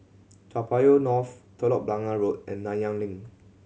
Toa Payoh North Telok Blangah Road and Nanyang Link